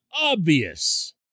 obvious